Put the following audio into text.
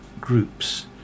groups